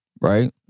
Right